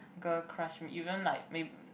girl crush even like mayb~